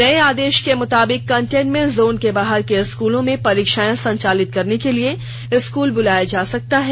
नये आदेश के मुताबिक कंटेनमेंट जोन के बाहर के स्कूलों में परीक्षाएं संचालित करने के लिए स्कूल बुलाया जा सकता है